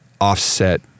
offset